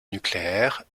nucléaire